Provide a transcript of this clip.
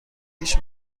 هیچ